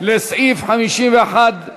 לסעיף 51 לא התקבלו.